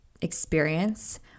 experience